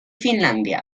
finlandia